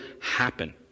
happen